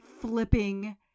flipping